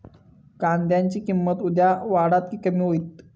कांद्याची किंमत उद्या वाढात की कमी होईत?